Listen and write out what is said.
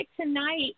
tonight